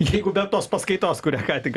jeigu bet tos paskaitos kurią ką tik